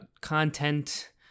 content